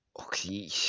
okay